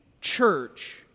church